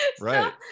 right